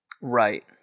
Right